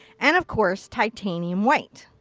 and of course, titanium white.